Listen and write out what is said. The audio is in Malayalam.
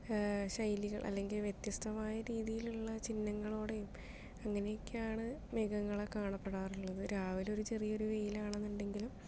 ശൈലികൾ അല്ലെങ്കിൽ വ്യത്യസ്തമായ രീതിയിലുള്ള ചിഹ്നങ്ങളോട് അങ്ങനെയൊക്കെയാണ് മേഘങ്ങളെ കാണപ്പെടാറുള്ളത് രാവിലൊരു ചെറിയൊരു വെയിലാണുന്നുണ്ടെങ്കിലും